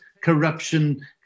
corruption